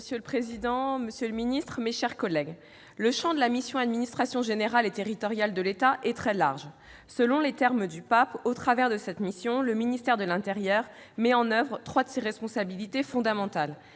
Monsieur le président, monsieur le ministre, mes chers collègues, le champ de la mission « Administration générale et territoriale de l'État » est très large. Selon les termes du projet annuel de performance (PAP), au travers de cette mission, le ministère de l'intérieur met en oeuvre trois de ses responsabilités fondamentales